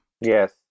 Yes